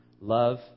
Love